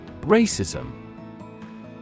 Racism